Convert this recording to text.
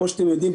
כמו שאתם יודעים,